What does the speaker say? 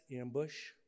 ambush